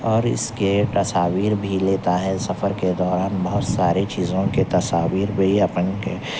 اور اس کے تصاویر بھی لیتا ہے سفر کے دوران بہت ساری چیزوں کے تصاویر بھی اپن کے